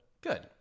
Good